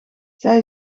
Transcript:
zij